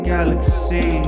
Galaxy